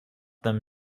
them